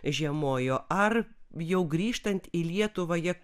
žiemojo ar jau grįžtant į lietuvą jie